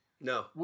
no